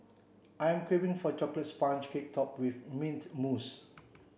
I am craving for a chocolate sponge cake top with mint mousse